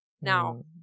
Now